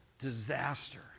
disaster